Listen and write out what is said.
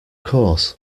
course